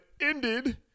ended